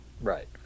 Right